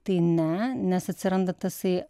tai ne nes atsiranda tasai